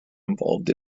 involved